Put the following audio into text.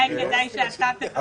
לא שונה מבחינת לאום, לא שונה בדברים.